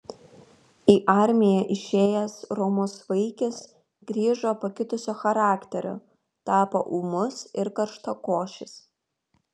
į armiją išėjęs romus vaikis grįžo pakitusio charakterio tapo ūmus ir karštakošis